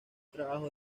trabajo